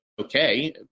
okay